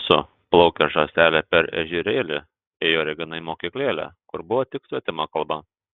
su plaukė žąselė per ežerėlį ėjo regina į mokyklėlę kur buvo tik svetima kalba